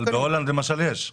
אבל בהולנד למשל, יש.